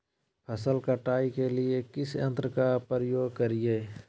फसल कटाई के लिए किस यंत्र का प्रयोग करिये?